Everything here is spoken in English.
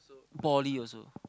poly also